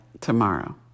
tomorrow